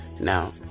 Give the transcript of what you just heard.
Now